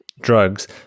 drugs